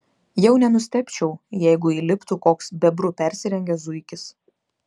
jau nenustebčiau jeigu įliptų koks bebru persirengęs zuikis